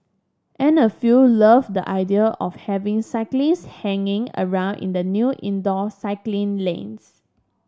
and a few loved the idea of having cyclist hanging around in the new indoor cycling lanes